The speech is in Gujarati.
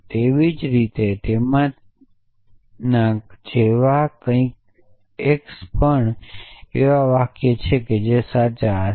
તેવી જ રીતે તેમના જેવા કંઈક જેમ કે x પણ એવા વાક્યો છે જે સાચું હશે